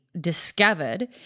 discovered